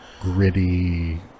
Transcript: gritty